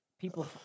People